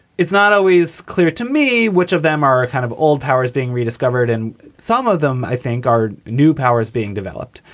it's not always clear to me which of them are ah kind of old powers being rediscovered. and some of them, i think, are new powers being developed.